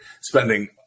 spending